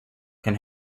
can